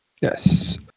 Yes